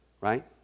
Right